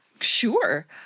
Sure